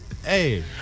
Hey